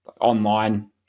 online